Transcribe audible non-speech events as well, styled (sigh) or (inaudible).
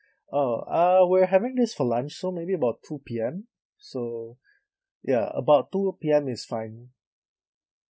oh uh we're having this for lunch so maybe about two P_M so (breath) ya about two P_M is fine